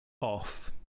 off